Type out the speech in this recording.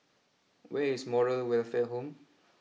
where is Moral Welfare Home